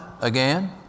again